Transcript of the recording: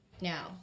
now